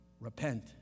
Repent